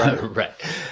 Right